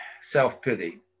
self-pity